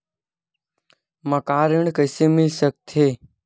मकान ऋण कइसे मिल सकथे?